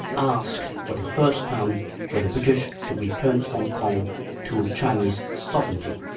asked for the first time for the british to return hong kong to chinese sovereignty.